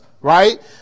right